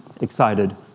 excited